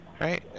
Right